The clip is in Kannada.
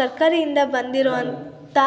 ಸರ್ಕಾರಿಯಿಂದ ಬಂದಿರುವಂಥ